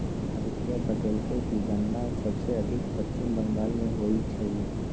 अदित्य बतलकई कि गन्ना सबसे अधिक पश्चिम बंगाल में होई छई